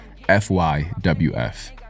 FYWF